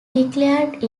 declared